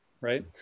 right